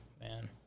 Man